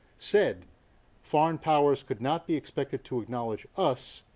said foreign powers could not be expected to acknowledge us,